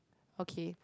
okay